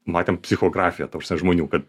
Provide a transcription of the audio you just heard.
matėm psichografiją ta prasme žmonių kad